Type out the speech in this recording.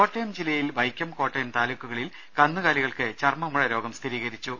കോട്ടയം ജില്ലയിൽ വൈക്കം കോട്ടയം താലൂക്കുകളിൽ കന്നുകാലികൾക്ക് ചർമ്മ മുഴ രോഗം സ്ഥിരീകരിച്ചു